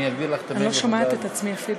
אני לא שומעת את עצמי אפילו.